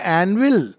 anvil